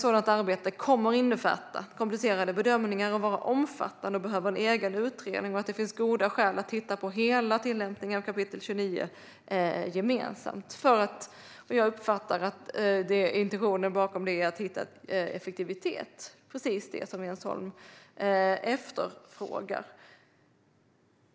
sådant arbete kommer att innefatta komplicerade bedömningar, vara omfattande och att det behövs en egen utredning. Det finns goda skäl att titta på hela tillämpningen av kap. 29. Jag uppfattar att intentionen är att hitta effektivitet, vilket är precis det Jens Holm efterfrågar.